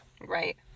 Right